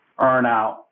earnout